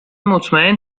مطمئن